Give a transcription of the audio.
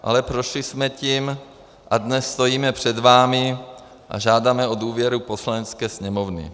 Ale prošli jsme tím a dnes stojíme před vámi a žádáme o důvěru Poslanecké sněmovny.